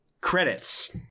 Credits